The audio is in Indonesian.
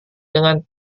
dengan